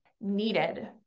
needed